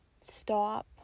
stop